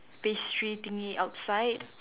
pastry thingy outside